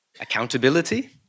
accountability